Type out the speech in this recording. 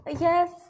Yes